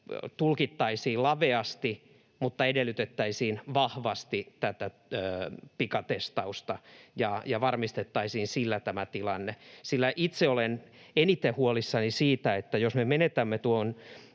tulkittaisiin laveasti mutta edellytettäisiin vahvasti tätä pikatestausta ja varmistettaisiin sillä tämä tilanne, sillä itse olen eniten huolissani siitä, että jos me menetämme tuon